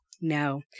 No